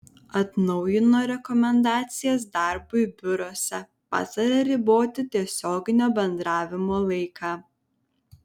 atnaujino rekomendacijas darbui biuruose pataria riboti tiesioginio bendravimo laiką